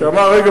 שאמר: רגע,